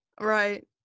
Right